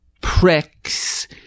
pricks